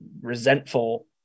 resentful